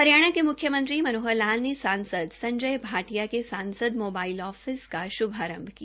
हरियाणा के मुख्यमंत्री श्री मनोहर लाल ने सांसद संजय भाटिया के सांसद मोबाइल ऑफिस का श्भारम्भ किया